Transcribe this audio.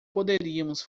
poderíamos